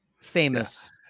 famous